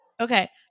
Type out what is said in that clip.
okay